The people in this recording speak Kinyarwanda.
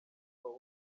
wawa